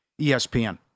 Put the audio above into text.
ESPN